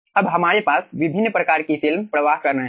अब हमारे पास विभिन्न प्रकार की फिल्म प्रवाह कर रहे हैं